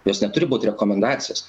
jos neturi būt rekomendacijos